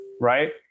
right